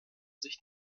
sich